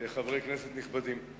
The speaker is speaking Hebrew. חברי כנסת נכבדים,